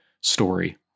story